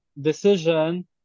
decision